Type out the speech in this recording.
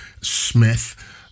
Smith